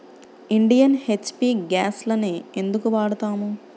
Indian, HP గ్యాస్లనే ఎందుకు వాడతాము?